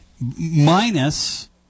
Minus